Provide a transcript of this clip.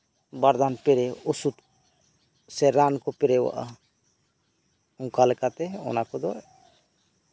ᱵᱟᱨ ᱫᱟᱢ ᱯᱮ ᱚᱥᱩᱫ ᱥᱮ ᱨᱟᱱ ᱠᱚ ᱮᱥᱯᱨᱮ ᱟᱜᱼᱟ ᱚᱱᱠᱟ ᱞᱮᱠᱟᱛᱮ ᱚᱱᱟ ᱠᱚᱫᱚ